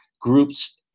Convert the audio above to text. groups